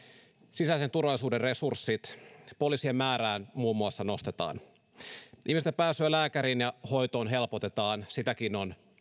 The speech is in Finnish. sisäisen turvallisuuden resurssit poliisien määrää muun muassa nostetaan ihmisten pääsyä lääkäriin ja hoitoon helpotetaan sitäkin on